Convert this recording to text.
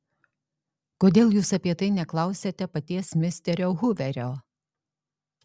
kodėl jūs apie tai neklausiate paties misterio huverio